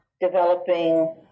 developing